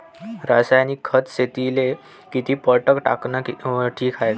रासायनिक खत शेतीले किती पट टाकनं ठीक हाये?